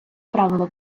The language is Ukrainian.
правило